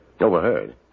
Overheard